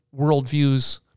worldviews